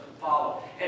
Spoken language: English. follow